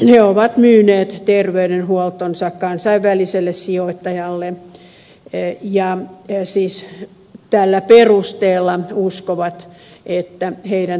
he ovat myyneet terveydenhuoltonsa kansainväliselle sijoittajalle ja siis tällä perusteella uskovat että heidän terveydenhuoltonsa toimii